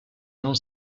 non